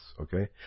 Okay